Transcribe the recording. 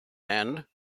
and